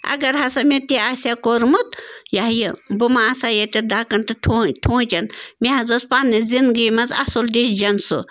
اگر ہسا مےٚ تہِ آسہِ ہا کوٚرمُت یہِ ہَہ یہِ بہٕ مَہ آسہٕ ہا ییٚتٮ۪تھ دَکَن تہٕ ٹھونٛچَن مےٚ حظ ٲس پَنٛنہِ زِندگی منٛز اَصٕل ڈِسجَن سُہ